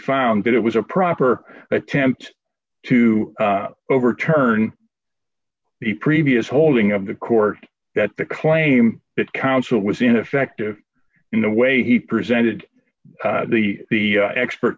found that it was a proper attempt to overturn the previous holding of the court that the claim that counsel was ineffective in the way he presented the the expert